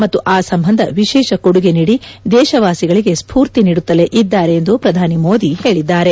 ಮತ್ತು ಆ ಸಂಬಂಧ ವಿಶೇಷ ಕೊಡುಗೆ ನೀಡಿ ದೇಶವಾಸಿಗಳಿಗೆ ಸ್ಪೂರ್ತಿ ನೀಡುತ್ತಲೇ ಇದ್ದಾರೆ ಎಂದು ಪ್ರಧಾನಿ ಮೋದಿ ಹೇಳಿದ್ದಾರೆ